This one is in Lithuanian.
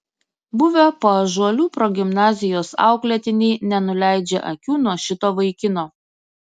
buvę paužuolių progimnazijos auklėtiniai nenuleidžia akių nuo šito vaikino